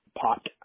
pot